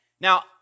Now